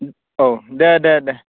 औ दे दे दे